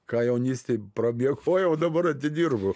ką jaunystėj pramiegojau dabar atidirbu